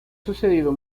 sucedido